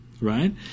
right